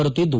ಬರುತ್ತಿದ್ದು